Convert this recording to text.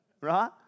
Right